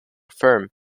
film